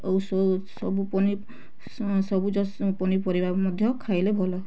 ଓ ସବୁ ସବୁଜ ପନିପରିବା ମଧ୍ୟ ଖାଇଲେ ଭଲ